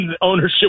ownership